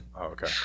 okay